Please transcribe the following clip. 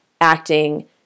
acting